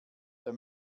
der